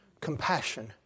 Compassion